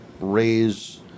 raise